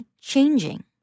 changing